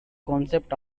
concept